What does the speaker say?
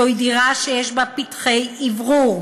זו דירה שיש בה פתחי אוורור,